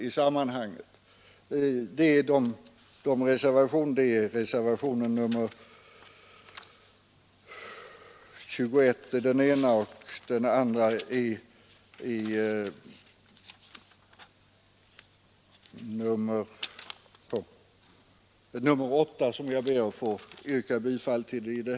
Jag syftar här på reservationerna 8 och 21, som jag ber att få yrka bifall till.